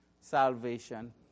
salvation